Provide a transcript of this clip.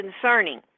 concerning